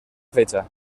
fecha